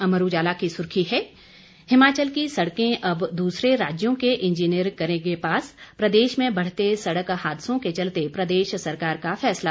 अमर उजाला की सुर्खी है हिमाचल की सड़कें अब दूसरे राज्यों के इंजीनियर करेंगे पास प्रदेश में बढ़ते सड़क हादसों के चलते प्रदेश सरकार का फैसला